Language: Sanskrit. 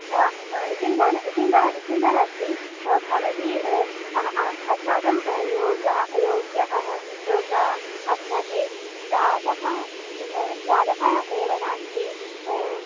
चिन्ता चिन्ता चिन्ता नास्ति भवती अस्माकं योगः योग्यः योगः अभ्यासे प्रातः प्रातः एव नास्ति